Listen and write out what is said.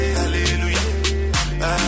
hallelujah